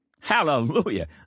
Hallelujah